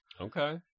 Okay